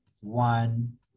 one